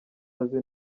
azi